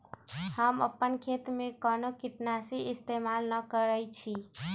हम अपन खेत में कोनो किटनाशी इस्तमाल न करई छी